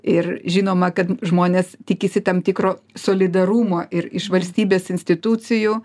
ir žinoma kad žmonės tikisi tam tikro solidarumo ir iš valstybės institucijų